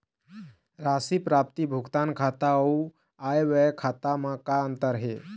राशि प्राप्ति भुगतान खाता अऊ आय व्यय खाते म का अंतर हे?